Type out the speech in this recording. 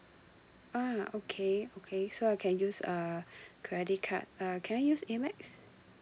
uh okay okay so I can use uh credit card uh can I use A mex